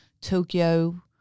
Tokyo